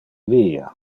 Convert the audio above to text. via